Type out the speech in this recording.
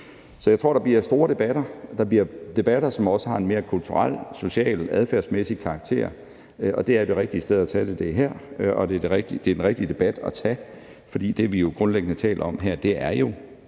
Så jeg tror, der bliver store debatter. Der bliver debatter, som også har en mere kulturel, social og adfærdsmæssig karakter, og her er det det rigtige sted at tage det, og det er den rigtige debat at tage, fordi det, vi jo grundlæggende taler om her, er